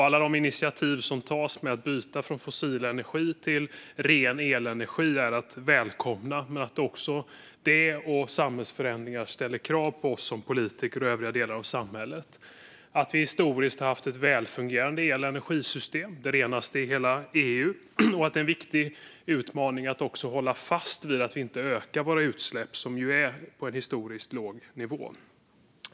Alla de initiativ som tas för att byta från fossil energi till ren elenergi är att välkomna. Men samhällsförändringarna ställer krav på oss som politiker och övriga delar av samhället. Historiskt har vi haft ett välfungerande el och energisystem, det renaste i hela EU. En viktig utmaning är att hålla fast vid att inte öka våra utsläpp, som är på en historiskt låg nivå.